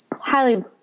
highly